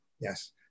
Yes